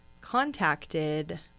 contacted